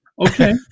Okay